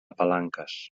palanques